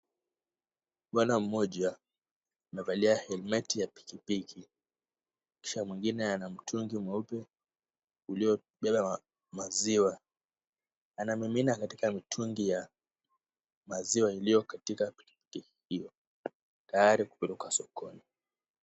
Bwana mmoja amevalia helmeti ya pikipiki, kisha mwingine ana mtungi mweupe, uliobeba maziwa. Anamimina katika mtungi ya maziwa iliyo katika pikipiki hiyo, tayari kupelekwa sokoni.